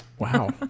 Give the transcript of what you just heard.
Wow